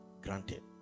granted